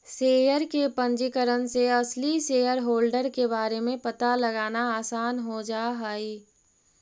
share के पंजीकरण से असली शेयरहोल्डर के बारे में पता लगाना आसान हो जा हई